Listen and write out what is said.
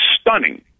stunning